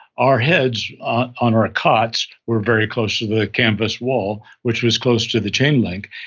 our heads on our cots were very close to the canvas wall which was close to the chain link,